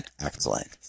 excellent